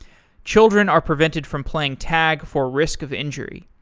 children are prevented from playing tag for risk of injury.